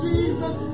Jesus